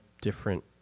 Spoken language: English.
different